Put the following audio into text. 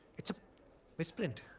it's a misprint.